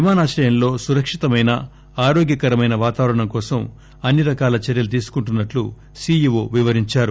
విమానాశ్రయంలో సురక్షితమైన ఆరోగ్యకరమైన వాతావరణం కోసం అన్ని రకాల చర్యలు తీసుకుంటున్పట్లు సీఈవో వివరించారు